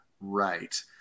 right